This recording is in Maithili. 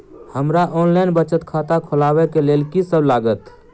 हमरा ऑनलाइन बचत खाता खोलाबै केँ लेल की सब लागत?